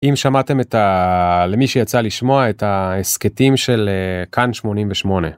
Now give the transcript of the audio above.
אם שמעתם את ה... למי שיצא לשמוע את ההסכתים של כאן 88.